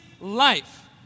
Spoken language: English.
life